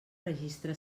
registre